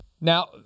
Now